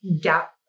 Gap